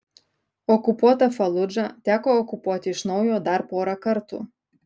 okupuotą faludžą teko okupuoti iš naujo dar porą kartų